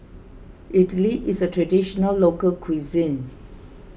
Idly is a Traditional Local Cuisine